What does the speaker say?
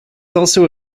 also